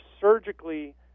surgically